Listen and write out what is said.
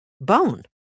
bone